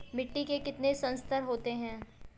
मिट्टी के कितने संस्तर होते हैं?